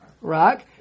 rock